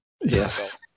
Yes